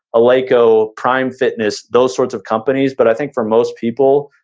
eleiko, prime fitness, those sorts of companies. but i think for most people,